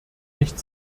nicht